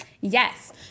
yes